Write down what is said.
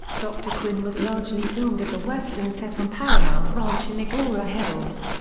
dr. quinn was largely filmed at the western set on paramount ranch in agoura hills.